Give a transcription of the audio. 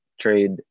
trade